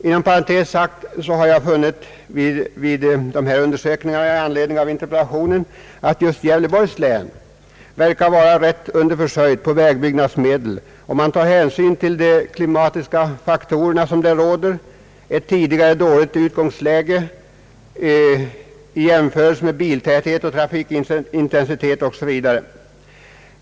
Inom parentes sagt har jag vid undersökningarna med anledning av interpellationen funnit att just Gävleborgs län förefaller ganska underförsörjt beträffande vägbyggnadsmedel om man tar hänsyn till de klimatiska faktorer som där råder, ett tidigare dåligt utgångsläge, jämförelser beträffande biltäthet, trafikintensitet osv.